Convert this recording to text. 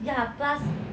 ya plus